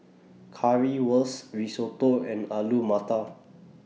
Currywurst Risotto and Alu Matar